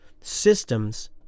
Systems